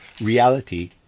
Reality